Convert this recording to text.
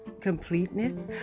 completeness